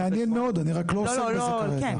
מעניין מאוד, אני רק לא עוסק בזה כרגע.